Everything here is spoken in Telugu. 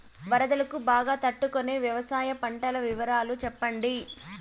వరదలకు బాగా తట్టు కొనే వ్యవసాయ పంటల వివరాలు చెప్పండి?